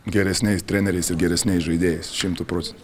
geresniais treneriais ir geresniais žaidėjais šimtu procentų